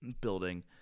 building